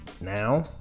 now